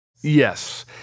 Yes